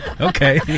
Okay